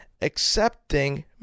Accepting